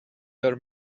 their